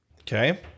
Okay